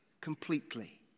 completely